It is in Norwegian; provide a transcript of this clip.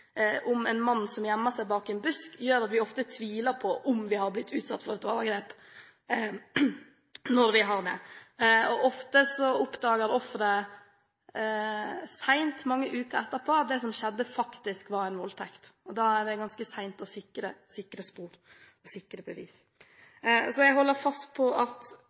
om en mann som gjemmer seg bak en busk, gjør at vi ofte tviler på om vi har blitt utsatt for et overgrep, når vi har det. Ofte oppdager offeret sent – mange uker etterpå – at det som skjedde, faktisk var en voldtekt. Da er det ganske sent å sikre spor og bevis. Jeg holder fast på at